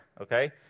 okay